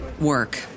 work